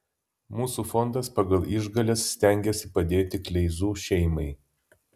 mūsų fondas pagal išgales stengiasi padėti kleizų šeimai